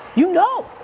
you know!